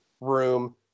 room